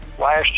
last